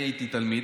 אני הייתי תלמיד,